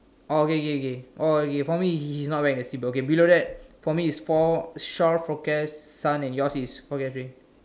oh okay okay oh okay for he he not wearing his seat belt okay below that for me is fore shore forecast sun and yours is forecasting